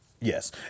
Yes